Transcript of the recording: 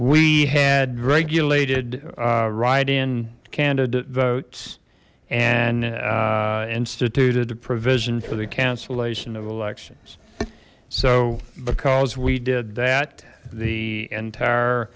we had regulated write in candidate votes and instituted a provision for the cancellation of elections so because we did that the entire